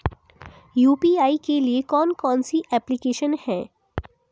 UPI के लिए कौन कौन सी एप्लिकेशन हैं?